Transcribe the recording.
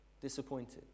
Disappointed